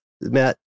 Matt